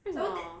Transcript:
为什么